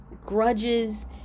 Grudges